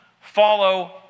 follow